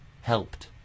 helped